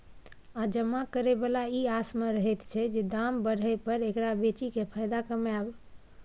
आ जमा करे बला ई आस में रहैत छै जे दाम बढ़य पर एकरा बेचि केँ फायदा कमाएब